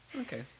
Okay